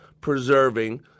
preserving